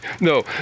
No